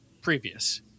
previous